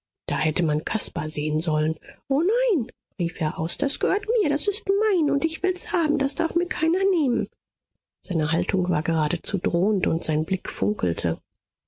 da hätte man caspar sehen sollen o nein rief er aus das gehört mir das ist mein und ich will's haben das darf mir keiner nehmen seine haltung war geradezu drohend und sein blick funkelte